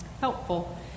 helpful